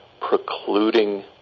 precluding